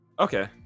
Okay